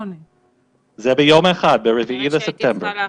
זה ביום אחד ב-4 בספטמבר.